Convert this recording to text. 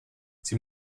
sie